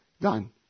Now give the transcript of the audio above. done